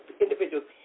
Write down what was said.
individuals